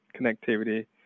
connectivity